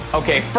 okay